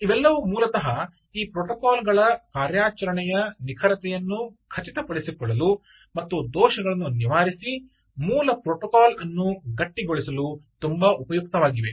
ಇವೆಲ್ಲವೂ ಮೂಲತಃ ಈ ಪ್ರೋಟೋಕಾಲ್ ಗಳ ಕಾರ್ಯಾಚರಣೆಯ ನಿಖರತೆಯನ್ನು ಖಚಿತಪಡಿಸಿಕೊಳ್ಳಲು ಮತ್ತು ದೋಷಗಳನ್ನು ನಿವಾರಿಸಿ ಮೂಲ ಪ್ರೋಟೋಕಾಲ್ ಅನ್ನು ಗಟ್ಟಿಗೊಳಿಸಲು ತುಂಬಾ ಉಪಯುಕ್ತವಾಗಿವೆ